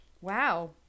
Wow